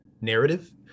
narrative